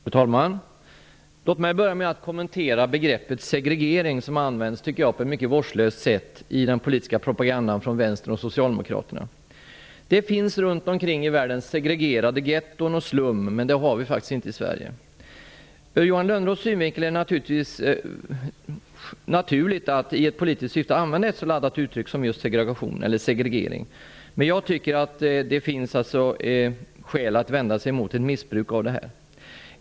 Fru talman! Låt mig börja med att kommentera begreppet segregering, som jag tycker används på ett mycket vårdslöst sätt i den politiska propagandan från vänstern och socialdemokraterna. Det finns runt omkring i världen segregerade getton och slum, men det har vi faktiskt inte i Sverige. Ur Johan Lönnroths synvinkel är det förstås naturligt att i politiskt syfte använda ett så laddat uttryck som just segregering. Men jag tycker att det finns skäl att vända sig emot ett missbruk av detta.